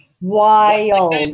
Wild